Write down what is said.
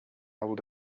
hold